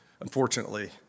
Unfortunately